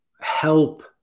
help